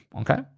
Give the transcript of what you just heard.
okay